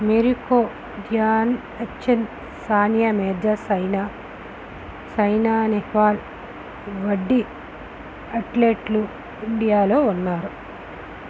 Mary Kom Dhyan Chand Sania Mirza Saina Nehwal వంటి అట్లెట్లు ఇండియాలో ఉన్నారు